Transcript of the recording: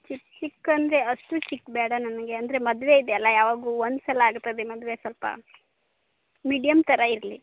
ಚಿಕ್ಕ ಚಿಕ್ಕ ಅಂದರೆ ಅಷ್ಟು ಚಿಕ್ಕ ಬೇಡ ನನಗೆ ಅಂದರೆ ಮದುವೆ ಇದೆಯಲ್ಲ ಯಾವಾಗ್ಲೋ ಒಂದು ಸಲ ಆಗ್ತದೆ ಮದುವೆ ಸ್ವಲ್ಪ ಮೀಡಿಯಮ್ ಥರ ಇರಲಿ